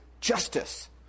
justice